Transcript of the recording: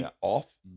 off